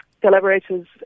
collaborators